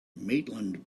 maitland